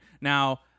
Now